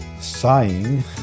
Sighing